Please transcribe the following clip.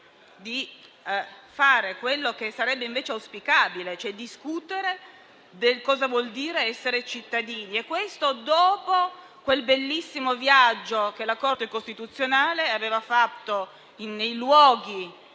di fare quello che sarebbe invece auspicabile, cioè discutere di cosa vuol dire essere cittadini. E questo dopo quel bellissimo viaggio che la Corte costituzionale aveva fatto nei luoghi